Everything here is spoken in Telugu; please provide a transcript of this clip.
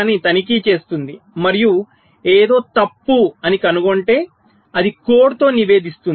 ని తనిఖీ చేస్తుంది మరియు ఏదో తప్పు అని కనుగొంటే అది కోడ్తో నివేదిస్తుంది